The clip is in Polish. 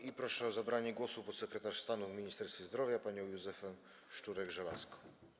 I proszę o zabranie głosu sekretarz stanu w Ministerstwie Zdrowia panią Józefę Szczurek-Żelazko.